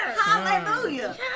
Hallelujah